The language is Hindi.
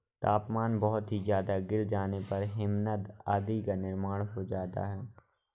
तापमान बहुत ही ज्यादा गिर जाने पर हिमनद आदि का निर्माण हो जाता है